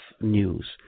news